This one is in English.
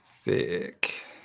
Thick